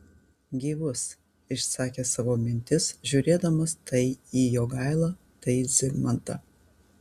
gyvus išsakė savo mintis žiūrėdamas tai į jogailą tai į zigmantą